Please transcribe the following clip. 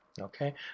okay